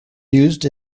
used